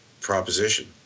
proposition